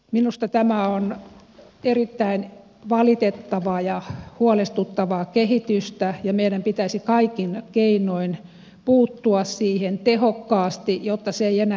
minusta tämä on erittäin valitettavaa ja huolestuttavaa kehitystä ja meidän pitäisi kaikin keinoin puuttua siihen tehokkaasti jotta se ei enää entisestään lisäänny